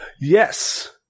Yes